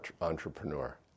entrepreneur